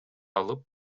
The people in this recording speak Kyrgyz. алып